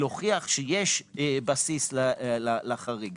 להוכיח שיש בסיס לחריג.